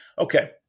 Okay